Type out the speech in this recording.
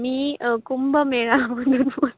मी कुंभमेळा मधून